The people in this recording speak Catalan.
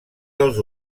dels